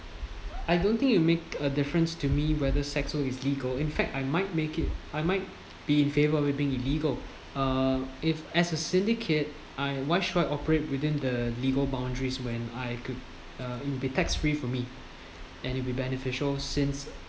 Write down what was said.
I don't think you make a difference to me whether sex work is legal in fact I might make it I might be in favor of being illegal uh if as a syndicate I why should I operate within the legal boundaries when I could uh be tax free for me and it'll be beneficial since